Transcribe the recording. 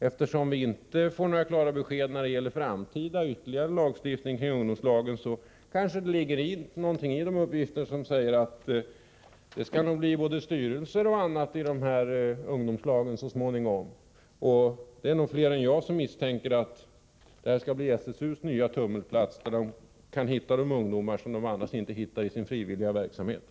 Eftersom vi inte får några klara besked när det gäller framtida ytterligare lagstiftning kring ungdomslagen, kanske det ligger någonting i de uppgifter som säger att det skall nog bli både styrelser och annat i dessa ungdomslag så småningom. Det är säkert fler än jag som misstänker att detta skall bli SSU:s nya tummelplats, där man kan hitta de ungdomar man inte hittar i den frivilliga verksamheten.